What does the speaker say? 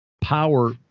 power